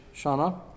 Shana